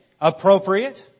appropriate